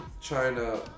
China